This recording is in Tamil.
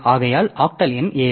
ஆகையால் ஆக்டல் எண் 7